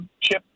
chip